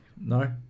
no